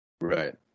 Right